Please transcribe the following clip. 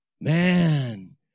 Man